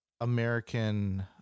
American